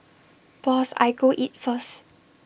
boss I go eat first